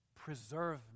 Preserve